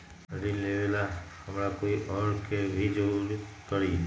ऋन लेबेला हमरा कोई और के भी जरूरत परी?